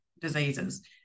diseases